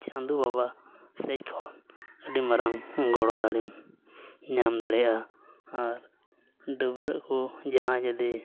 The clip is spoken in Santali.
ᱪᱟᱸᱫᱚ ᱵᱟᱵᱟ ᱥᱮᱫ ᱠᱷᱚᱱ ᱟᱹᱰᱤ ᱢᱟᱨᱟᱝ ᱜᱚᱲᱚ ᱫᱟᱲᱮᱢ ᱧᱟᱢ ᱫᱟᱲᱮᱭᱟᱜᱼᱟ ᱟᱨ ᱰᱟᱹᱵᱽᱨᱟᱹᱜ ᱠᱚ ᱡᱟᱦᱟᱸᱭ ᱡᱩᱫᱤ